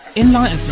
in light